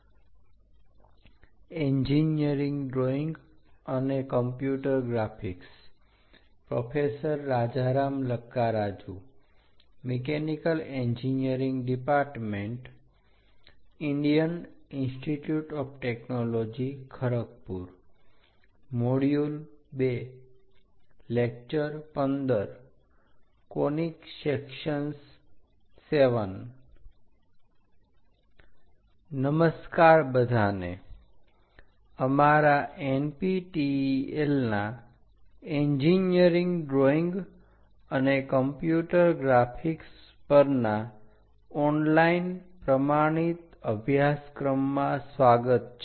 અમારા NPTEL ના engineering drawing અને કમ્પ્યુટર ગ્રાફિક્સ પરના ઓનલાઈન પ્રમાણિત અભ્યાસક્રમમાં સ્વાગત છે